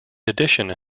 addition